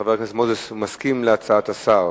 חבר הכנסת מוזס מסכים להצעת השר.